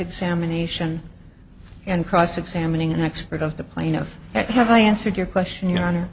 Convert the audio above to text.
examination and cross examining an expert of the plaintiff have i answered your question your honor